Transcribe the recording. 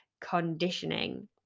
conditioning